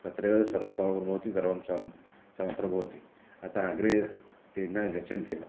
तत्रैव सर्वं समापनं भवति सर्वं समापनं भवति अतः अग्रे न गच्छन्त्येव